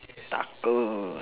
taco